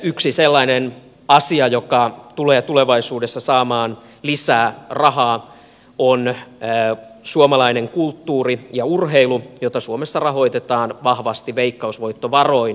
yksi sellainen asia joka tulee tulevaisuudessa saamaan lisää rahaa on suomalainen kulttuuri ja urheilu jota suomessa rahoitetaan vahvasti veikkausvoittovaroin